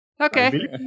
okay